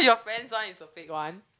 friends one is a fake one